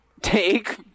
Take